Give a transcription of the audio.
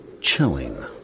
chilling